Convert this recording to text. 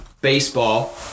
baseball